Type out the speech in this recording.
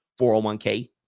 401k